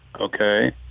Okay